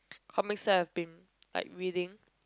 comics that I have been like reading